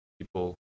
people